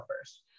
first